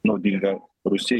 naudinga rusijai